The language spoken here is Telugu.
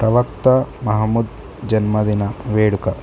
ప్రవక్త మహమ్మద్ జన్మదిన వేడుక